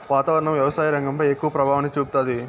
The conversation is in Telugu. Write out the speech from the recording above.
వాతావరణం వ్యవసాయ రంగంపై ఎక్కువ ప్రభావాన్ని చూపుతాది